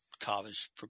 college